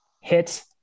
hit